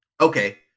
Okay